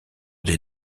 des